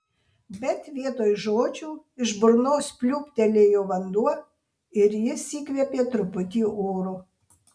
bet vietoj žodžių iš burnos pliūptelėjo vanduo ir jis įkvėpė truputį oro